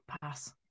pass